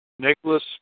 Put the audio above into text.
Nicholas